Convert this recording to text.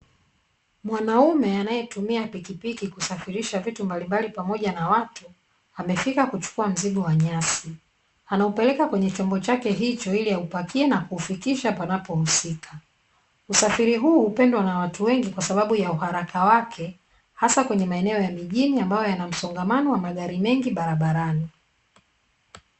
Mwanaume anayetumia pikipiki kusafirisha vitu mbalimbali pamoja na watu, amefika kuchukua mzigo wa nyasi. Anaupeleka kwenye kwenye chombo chake hicho ili aupakie na kuufikisha panapohusika. Usafiri huu hupendwa na watu wengi kwa sababu ya uharaka wake, hasa kwenye maeneo ya mijini ambayo yana msongamano wa magari mengi barabarani.